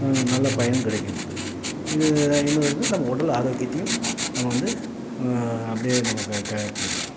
நல்ல பயன் கிடைக்கப்படுது இதில் இன்னொரு வந்து நம்ம உடல் ஆரோக்கியத்தையும் நம்ம வந்து அப்படி நமக்கு க கரெக்ட் பண்ணிக்கலாம்